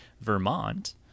Vermont